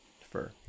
fur